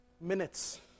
Minutes